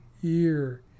year